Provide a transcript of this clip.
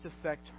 affect